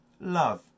love